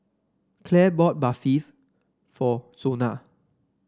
Clare bought Barfi for Zona